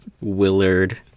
Willard